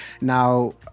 Now